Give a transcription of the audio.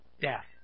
death